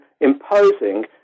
imposing